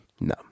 no